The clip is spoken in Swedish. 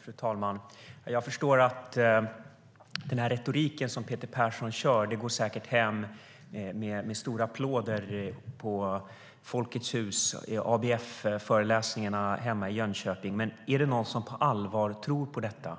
Fru talman! Jag förstår att den retorik som Peter Persson använder säkert går hem och ger stora applåder på Folkets Hus och ABF-föreläsningarna hemma i Jönköping. Men är det någon som på allvar tror på detta?